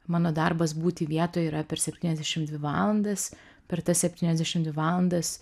mano darbas būti vietoj yra per septyniasdešim dvi valandas per tas septyniasdešim dvi valandas